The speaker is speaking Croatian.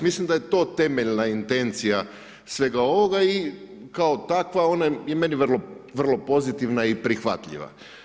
Mislim da je to temeljna intencija svega ovoga i kao takva ona je i meni vrlo pozitivna i prihvatljiva.